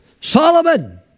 Solomon